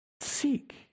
Seek